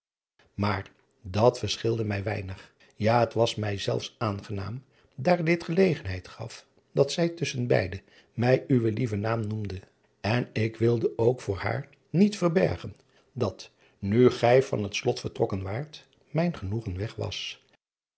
maar dat verschilde mij weinig ja het was mij zelfs aangenaam daar dit gelegenheid gaf dat zij tusschen beide mij uwen lieven naam noemde en ik wilde ook voor haar niet verbergen dat nu gij van het lot vertrokken waart mijn genoegen weg was